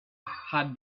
had